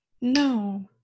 No